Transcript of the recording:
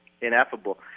ineffable